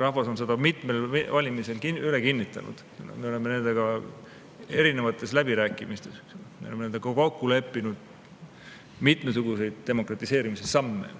rahvas on seda mitmetel valimistel kinnitanud. Me oleme nendega erinevates läbirääkimistes, me oleme nendega kokku leppinud mitmesuguseid demokratiseerimise samme.